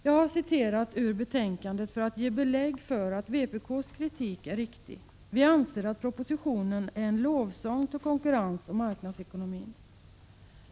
Jag har citerat ur betänkandet för att ge belägg för att vpk:s kritik är riktig: vi anser att propositionen är en lovsång till konkurrensoch marknadsekonomin.